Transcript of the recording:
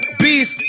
beast